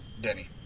Denny